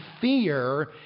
fear